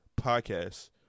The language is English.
podcast